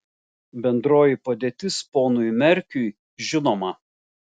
bendroji padėtis ponui merkiui žinoma